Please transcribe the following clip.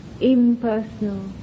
impersonal